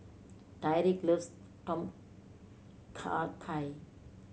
Tyrik loves Tom Kha Gai